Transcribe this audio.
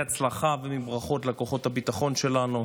הצלחה וברכות לכוחות הביטחון שלנו,